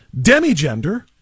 Demigender